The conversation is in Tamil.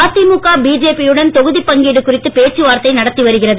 அதிமுக பிஜேபி இடையே தொகுதி பங்கீடு குறித்து பேச்சு வார்த்தை நடத்தி வருகிறது